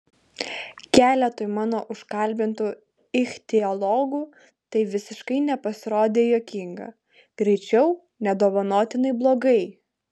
keletui mano užkalbintų ichtiologų tai visiškai nepasirodė juokinga greičiau nedovanotinai blogai